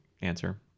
answer